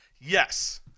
Yes